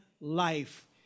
life